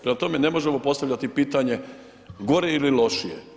Prema tome, ne možemo postavljati pitanje gore ili lošije.